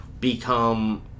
become